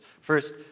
First